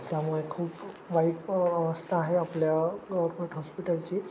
त्यामुळे खूप वाईट अवस्था आहे आपल्या गव्हर्मेंट हॉस्पिटलची